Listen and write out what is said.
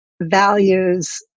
values